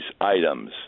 items